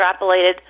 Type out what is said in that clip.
extrapolated